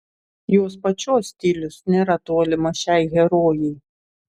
jos pačios stilius nėra tolimas šiai herojai